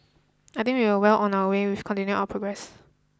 I think we are well on our way with continuing our progress